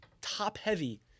top-heavy